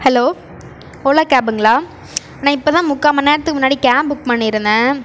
hello Ola கேபுங்களா நான் இப்போதான் முக்கால் மணிநேரத்துக்கு முன்னாடி கேப் புக் பண்ணியிருந்தேன்